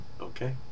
Okay